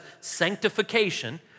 sanctification